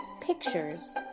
Pictures